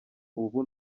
ubu